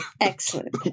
Excellent